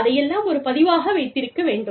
அதையெல்லாம் ஒரு பதிவாக வைத்திருக்க வேண்டும்